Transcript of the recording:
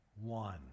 one